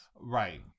right